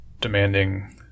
demanding